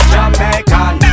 Jamaican